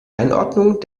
einordnung